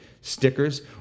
stickers